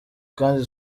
kandi